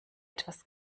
etwas